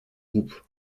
groupes